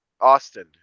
austin